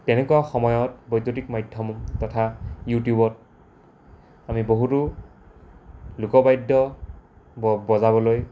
তেনেকুৱা সময়ত বৈদ্যুতিক মাধ্যম তথা ইউটিউবত আমি বহুতো লোকবাদ্য বজাবলৈ